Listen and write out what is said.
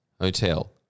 Hotel